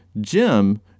Jim